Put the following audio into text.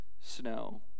snow